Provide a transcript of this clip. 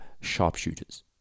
sharpshooters